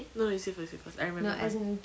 no you say first say first I remember last